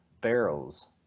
barrels